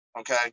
Okay